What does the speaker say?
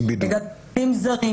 עם זאת,